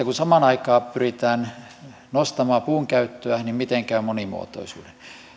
kun samaan aikaan pyritään nostamaan puun käyttöä niin miten käy monimuotoisuuden